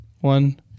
One